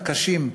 הקשים,